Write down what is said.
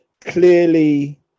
clearly